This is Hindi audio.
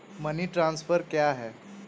मनी ट्रांसफर क्या है?